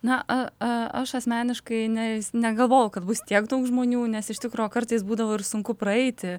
na a a aš asmeniškai ne is negalvojau kad bus tiek daug žmonių nes iš tikro kartais būdavo ir sunku praeiti